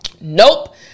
nope